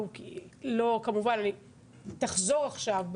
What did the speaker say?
היא תחזור עכשיו.